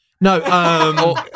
No